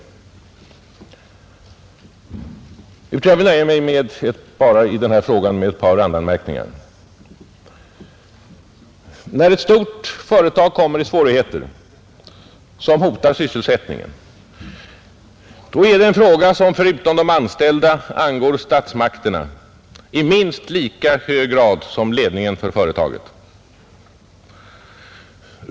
Jag vill i denna fråga därför nöja mig med ett par randanmärkningar. När ett stort företag råkar i svårigheter, som hotar sysselsättningen, är detta en fråga som angår — förutom de anställda — statsmakterna i minst lika hög grad som ledningen för företaget.